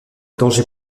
danger